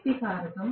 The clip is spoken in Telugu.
శక్తి కారకం 0